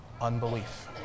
unbelief